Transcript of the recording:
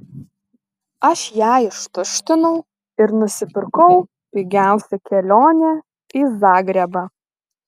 aš ją ištuštinau ir nusipirkau pigiausią kelionę į zagrebą